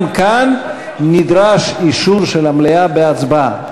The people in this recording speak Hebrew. גם כאן נדרש אישור של המליאה בהצבעה.